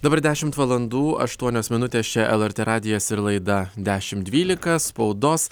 dabar dešimt valandų aštuonios minutės čia lrt radijas ir laida dešimt dvylika spaudos